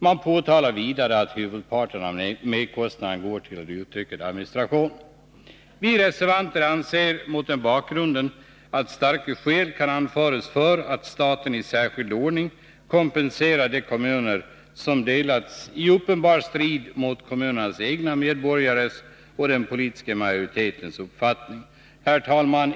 Man påtalar vidare att huvudparten av merkostnaderna går till en utökad administration. Vireservanter anser mot den bakgrunden att starka skäl kan anföras för att staten i särskild ordning kompenserar de kommuner som delats i uppenbar strid mot kommunernas egna medborgares och den politiska majoritetens uppfattning. Herr talman!